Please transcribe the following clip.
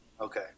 Okay